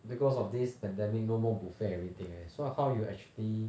because of this pandemic no more buffet everything leh so how you actually